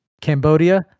Cambodia